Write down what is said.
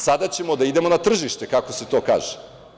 Sada ćemo da idemo na tržište, kako se to kaže.